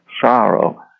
sorrow